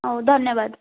ହଉ ଧନ୍ୟବାଦ